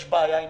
יש בעיה עם